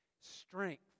strength